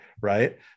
Right